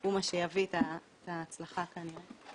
הוא מה שיביא את ההצלחה כנראה.